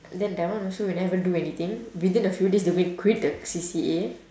and then that one also we never even do anything within a few days did we quit the C_C_A